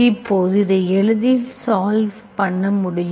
இப்போது எளிதில் சால்வ் பண்ண முடியும்